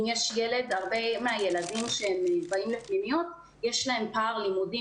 הרבה מהילדים שבאים לפנימיות, יש להם פער לימודי.